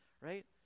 right